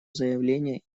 заявление